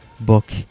book